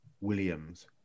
Williams